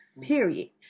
Period